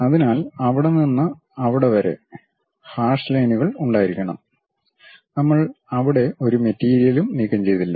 അതിനാൽ അവിടെ നിന്ന് അവിടെ വരെ ഹാഷ് ലൈനുകൾ ഉണ്ടായിരിക്കണം നമ്മൾ അവിടെ ഒരു മെറ്റീരിയലും നീക്കംചെയ്തില്ല